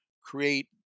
create